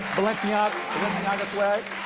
balenciaga kind of swag.